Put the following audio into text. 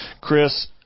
Chris